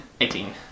eighteen